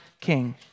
king